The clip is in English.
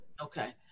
Okay